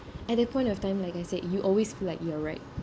at that point of time like I said you always feel like you are right